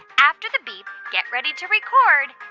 after the beep, get ready to record